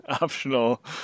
optional